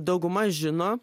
dauguma žino